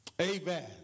Amen